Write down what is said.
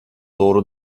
doğru